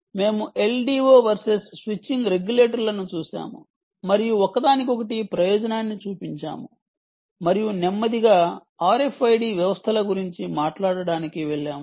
మేము LDO versus switching రెగ్యులేటర్లను చూశాము మరియు ఒకదానికొకటి ప్రయోజనాన్ని చూపించాము మరియు నెమ్మదిగా RFID వ్యవస్థల గురించి మాట్లాడటానికి వెళ్ళాము